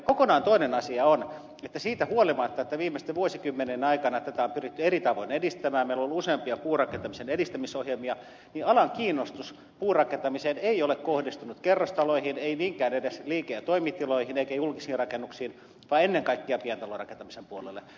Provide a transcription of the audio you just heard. kokonaan toinen asia on että siitä huolimatta että viimeisten vuosikymmenien aikana tätä on pyritty eri tavoin edistämään meillä on ollut useampia puurakentamisen edistämisohjelmia alan kiinnostus puurakentamiseen ei ole kohdistunut kerrostaloihin ei niinkään edes liike ja toimitiloihin eikä julkisiin rakennuksiin vaan ennen kaikkea pientalorakentamisen puolelle